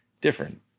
different